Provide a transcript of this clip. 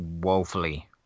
woefully